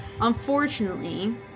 Unfortunately